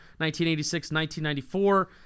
1986-1994